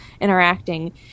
interacting